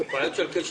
הפנייה